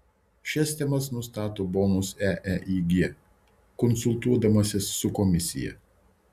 šias temas nustato bonus eeig konsultuodamasis su komisija